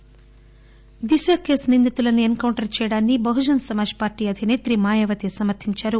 దిశ Mayawati Disha case నిందితులను encounter చేయడాన్సి Bahujan Samaj Party అధిసేత్రి మాయావతి సమర్గించారు